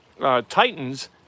Titans